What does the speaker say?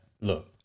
look